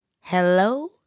Hello